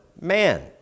man